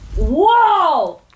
Whoa